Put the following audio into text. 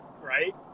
right